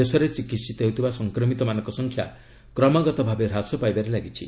ଦେଶରେ ଚିକିିିତ ହେଉଥିବା ସଂକ୍ରମିତମାନଙ୍କ ସଂଖ୍ୟା କ୍ରମାଗତ ଭାବେ ହ୍ରାସ ପାଇବାରେ ଲାଗିଛି